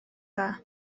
dda